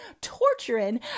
torturing